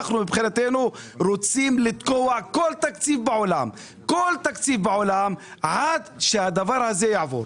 אנחנו מבחינתנו רוצים לתקוע כל תקציב בעולם עד שהדבר הזה יעבור.